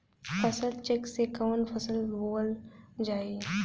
फसल चेकं से कवन फसल बोवल जाई?